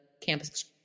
campus